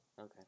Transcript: Okay